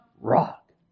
rock